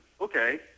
okay